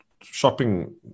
shopping